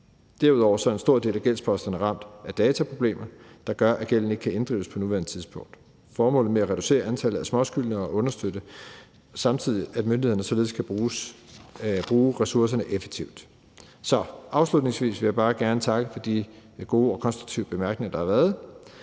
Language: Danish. Derudover er en stor del af gældsposterne ramt af dataproblemer, der gør, at gælden ikke kan inddrives på nuværende tidspunkt. Formålet med at reducere antallet af småskyldnere understøtter samtidig, at myndighederne således skal bruge ressourcerne effektivt. Afslutningsvis vil jeg bare gerne takke for de gode og konstruktive bemærkninger, der har været.